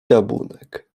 rabunek